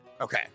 Okay